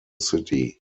city